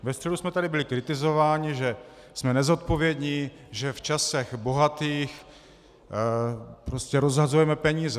Ve středu jsme tady byli kritizováni, že jsme nezodpovědní, že v časech bohatých prostě rozhazujeme peníze.